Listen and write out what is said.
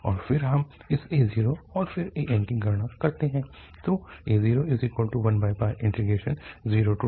और फिर हम इस a0 और फिर an की गणना करते है